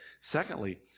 Secondly